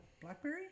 Blackberry